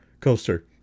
coaster